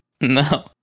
no